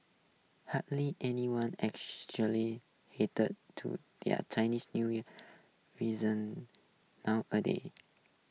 hardly anyone actually adheres to their Chinese New Year reason nowadays